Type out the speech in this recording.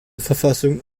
verfassung